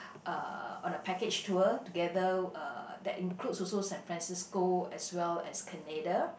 uh on a package tour together uh that includes also San-Francisco as well as Canada